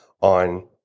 on